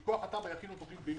שבלעדי זה אי אפשר.